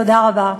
תודה רבה.